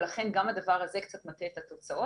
לכן, גם הדבר הזה קצת מטה את התוצאות,